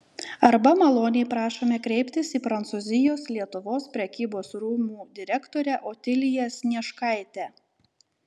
arba maloniai prašome kreiptis į prancūzijos lietuvos prekybos rūmų direktorę otiliją snieškaitę